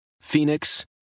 Phoenix